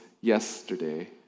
yesterday